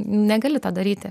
negali to daryti